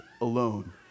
alone